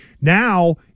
Now